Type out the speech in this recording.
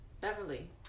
Beverly